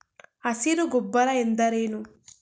ಹಸಿರು ಗೊಬ್ಬರ ಎಂದರೇನು?